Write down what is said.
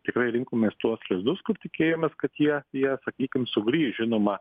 tikrai rinkomės tuos lizdus kur tikėjomės kad jie jie sakykim sugrįš žinoma